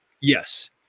Yes